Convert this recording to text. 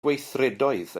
gweithredoedd